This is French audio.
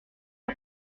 ils